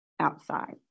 outside